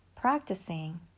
practicing